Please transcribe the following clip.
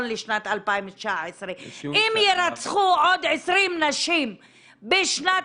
לשנת 2019. אם יירצחו עוד 20 נשים בשנת